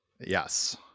yes